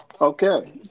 Okay